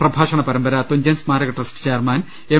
പ്രഭാഷണപരമ്പര തുഞ്ചൻ സ്മാരക trust chairman M